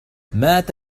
مات